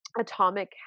Atomic